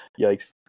Yikes